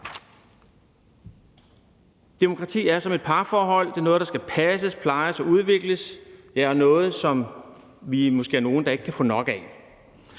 Demokrati er som et parforhold. Det er noget, der skal passes, plejes og udvikles, ja, og er noget, som vi måske er nogle der ikke kan få nok af.